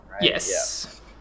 Yes